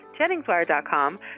JenningsWire.com